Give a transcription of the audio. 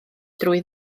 drwy